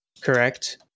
correct